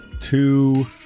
Two